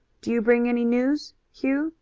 do you bring any news, hugh?